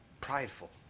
Prideful